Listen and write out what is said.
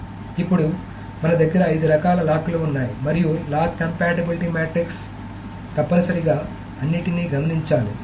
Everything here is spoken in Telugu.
ఇప్పుడు మన దగ్గర 5 రకాల లాక్ లు ఉన్నాయి మరియు లాక్ కంపాటిబిలిటీ మాట్రిక్స్ తప్పనిసరిగా అన్నింటికీ గమనించాలి